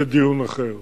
זה דיון אחר,